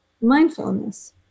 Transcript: mindfulness